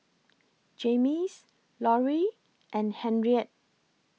Jaymes Lorie and Henriette